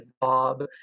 Bob